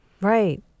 right